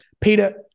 Peter